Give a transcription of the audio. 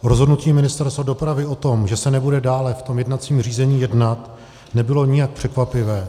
Rozhodnutí Ministerstva dopravy o tom, že se nebude dále v jednacím řízení jednat, nebylo nijak překvapivé.